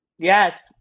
Yes